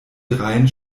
dreien